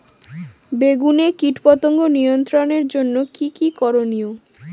বেগুনে কীটপতঙ্গ নিয়ন্ত্রণের জন্য কি কী করনীয়?